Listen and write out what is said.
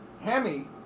Hemi